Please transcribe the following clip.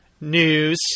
news